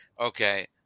okay